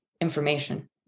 information